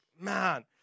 man